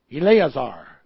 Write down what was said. Eleazar